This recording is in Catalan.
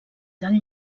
del